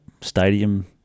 stadium